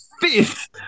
fifth